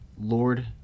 Lord